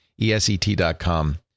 ESET.com